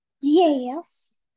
yes